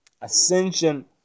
ascension